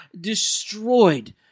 destroyed